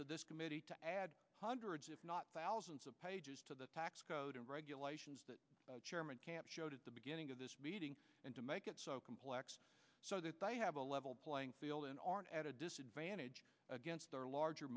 to this committee to add hundreds if not thousands of pages to the tax code and regulations that chairman camp showed at the beginning of this and to make it so complex so that they have a level playing field and aren't at a disadvantage against our larger